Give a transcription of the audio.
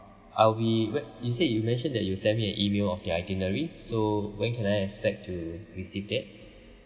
are we where you said you mentioned that you'll send me an email of the itinerary so when can I expect to receive that